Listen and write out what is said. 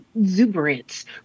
exuberance